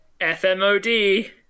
FMOD